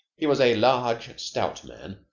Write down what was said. he was a large, stout man,